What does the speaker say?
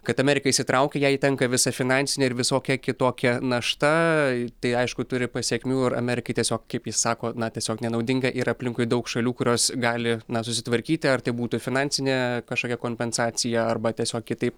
kad amerika įsitraukia jai tenka visa finansinė ir visokia kitokia našta tai aišku turi pasekmių ir amerikai tiesiog kaip jis sako na tiesiog nenaudinga yra aplinkui daug šalių kurios gali na susitvarkyti ar tai būtų finansinė kažkokia kompensacija arba tiesiog kitaip